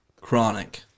Chronic